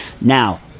Now